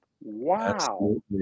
Wow